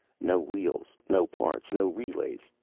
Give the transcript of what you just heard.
no wheels, no parts, no relays.